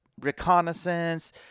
reconnaissance